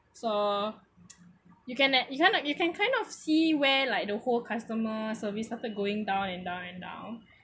so you can you kind of you can kind of see where like the whole customer service started going down and down and down